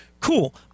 Cool